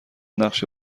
نقشه